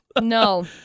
No